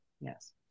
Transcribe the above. Yes